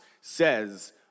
says